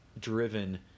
driven